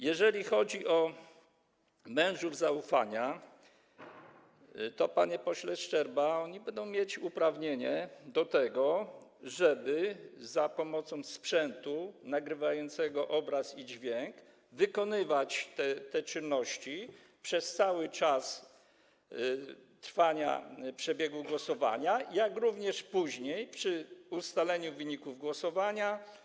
Jeżeli chodzi o mężów zaufania, to oni, panie pośle Szczerba, będą mieć uprawnienie do tego, żeby za pomocą sprzętu nagrywającego obraz i dźwięk wykonywać te czynności przez cały czas trwania przebiegu głosowania, jak również później, przy ustalaniu wyników głosowania.